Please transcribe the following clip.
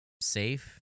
safe